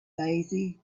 lazy